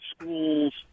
schools